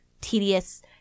tedious